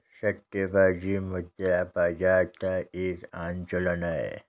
सट्टेबाजी मुद्रा बाजार का एक आम चलन है